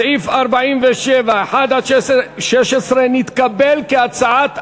סעיף 47(1) (16) נתקבל כהצעת הוועדה.